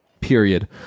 Period